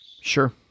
Sure